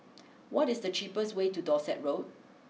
what is the cheapest way to Dorset Road